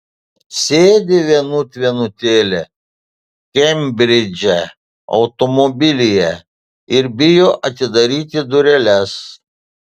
sėdi vienut vienutėlė kembridže automobilyje ir bijo atidaryti dureles